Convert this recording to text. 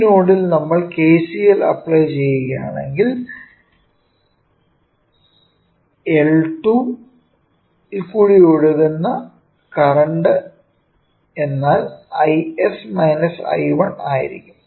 ഈ നോഡിൽ നമ്മൾ KCL അപ്ലൈ ചെയ്യുകയാണെങ്കിൽ L2 ൽ കൂടി ഒഴുകുന്ന കറന്റ് എന്നാൽ Is I1 ആയിരിക്കും